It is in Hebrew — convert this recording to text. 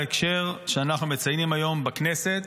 בהקשר שאנחנו מציינים היום בכנסת,